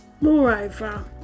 moreover